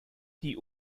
die